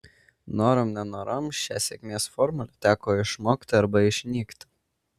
norom nenorom šią sėkmės formulę teko išmokti arba išnykti